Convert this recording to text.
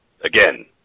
Again